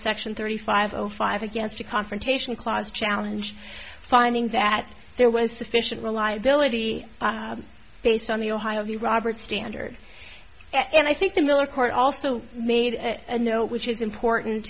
section thirty five zero five against a confrontation clause challenge finding that there was sufficient reliability based on the ohio v roberts standard and i think the miller court also made a note which is important